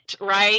right